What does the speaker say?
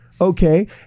okay